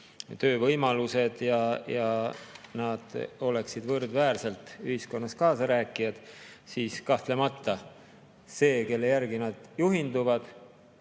töövõimalused ning nad oleksid võrdväärselt ühiskonnas kaasarääkijad, siis kahtlemata see, kelle järgi nad juhinduvad,